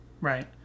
Right